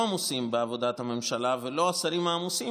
עמוסים בעבודת הממשלה ולא השרים העמוסים,